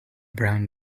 brown